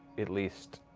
at least,